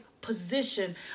position